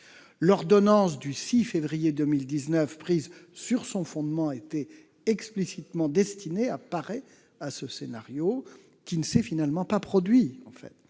L'ordonnance du 6 février 2019, prise sur le fondement de cette loi, était explicitement destinée à parer à un tel scénario, qui ne s'est finalement pas produit.